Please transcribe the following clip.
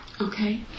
Okay